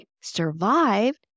survived